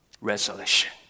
resolution